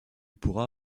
pourras